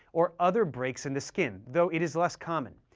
or other breaks in the skin, though it is less common.